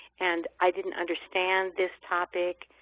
and i didn't understand this topic